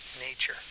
nature